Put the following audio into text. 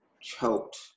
choked